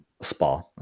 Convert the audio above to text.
Spa